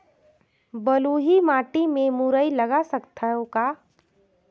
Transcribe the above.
बलुही माटी मे मुरई लगा सकथव का?